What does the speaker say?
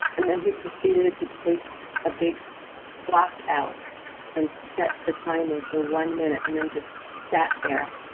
and then, he proceeded to take a big clock out and set the timer for one minute, and then, just sat there,